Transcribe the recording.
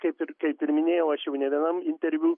kaip ir kaip ir minėjau aš jau ne vienam interviu